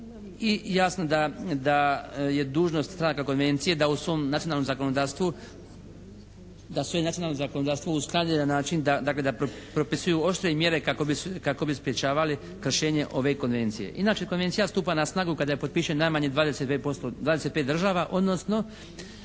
i jasno da je dužnost … /Ne razumije se./ … konvencije da u svom nacionalnom zakonodavstvu, da svoje nacionalno zakonodavstvo usklade na način da, dakle da propisuju oštre mjere kako bi sprječavali kršenje ove konvencije. Inače konvencija stupa na snagu kada je potpiše najmanje 25 država, odnosno